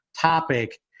topic